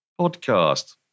podcast